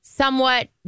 Somewhat